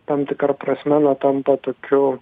tam tikra prasme na tampa tokiu